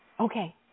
Okay